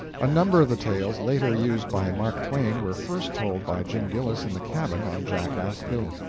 a number of the tales later used by mark twain were first told by jim gillis in the cabin on jackass hill.